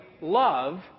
love